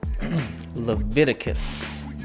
Leviticus